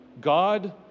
God